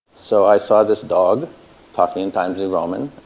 so i saw this dog talking in times of roman.